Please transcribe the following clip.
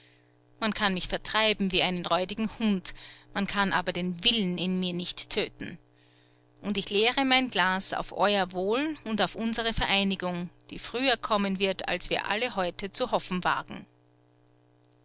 man kann mich vertreiben wie einen räudigen hund man kann aber den willen in mir nicht töten und ich leere mein glas auf euer wohl und auf unsere vereinigung die früher kommen wird als wir alle heute zu hoffen wagen